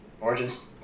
Origins